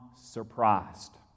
surprised